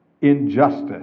injustice